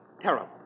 terrible